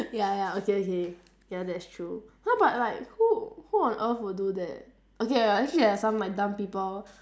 ya ya okay okay ya that's true !huh! but like who who on earth would do that okay ya actually there's some like dumb people